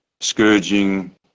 scourging